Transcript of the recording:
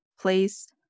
place